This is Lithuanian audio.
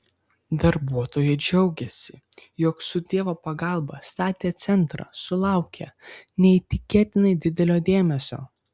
darbuotojai džiaugėsi jog su dievo pagalba statę centrą sulaukia neįtikėtinai didelio dėmesio